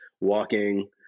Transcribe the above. walking